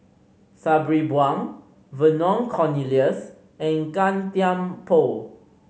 Sabri Buang Vernon Cornelius and Gan Thiam Poh